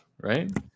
right